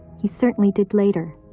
he certainly did later,